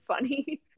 funny